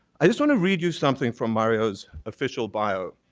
i just wanna read you something from mario's official bio.